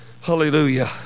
Hallelujah